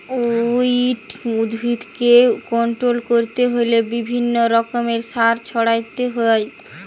weed উদ্ভিদকে control করতে হইলে বিভিন্ন রকমের সার ছড়াতে হয়